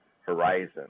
horizon